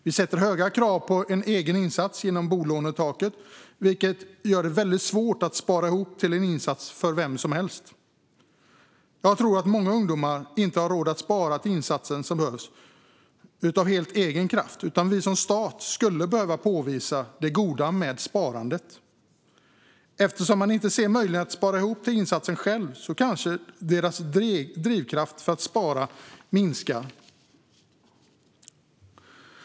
Vi ställer höga krav på en egen insats genom bolånetaket, vilket gör det väldigt svårt för vem som helst att spara ihop till en insats. Jag tror att många ungdomar inte har råd att spara till den insats som behövs helt av egen kraft, utan staten skulle behöva påvisa det goda med sparande. Eftersom man inte ser möjligheten att spara ihop till insatsen själv kan även drivkraften att spara minska drastiskt.